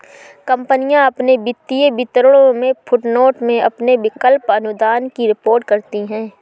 कंपनियां अपने वित्तीय विवरणों में फुटनोट में अपने विकल्प अनुदान की रिपोर्ट करती हैं